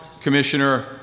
Commissioner